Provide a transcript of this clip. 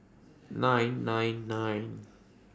nine nine nine